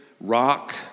rock